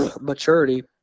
maturity